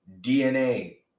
DNA